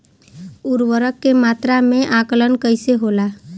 उर्वरक के मात्रा में आकलन कईसे होला?